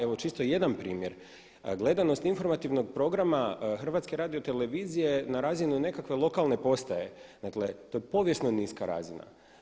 Evo čisto jedan primjer, gledanost informativnog programa HRT-a na razini nekakve lokalne postaje dakle to je povijesno niska razina.